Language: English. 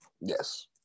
Yes